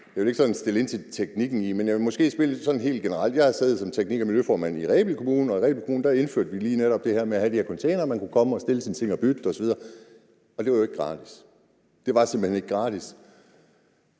jeg vil ikke spørge ind til teknikken i det, men jeg vil måske stille sådan et helt generelt spørgsmål. Jeg har siddet som teknik-og miljøformand i Rebild Kommune, og i Rebild Kommune indførte vi lige netop det her med at have de her containere, man kunne komme og stille sin ting i, og man kunne bytte ting osv., og det var jo ikke gratis. Det var simpelt hen ikke gratis.